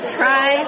try